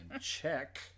check